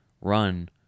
run